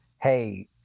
hey